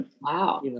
Wow